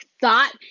Thought